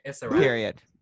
Period